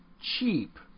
cheap